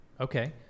Okay